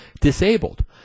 disabled